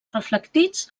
reflectits